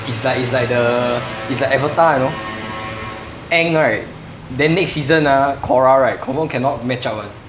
it's like it's like the it's like avatar you know aang right then next season ah korra right confirm cannot match up [one]